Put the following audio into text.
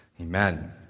Amen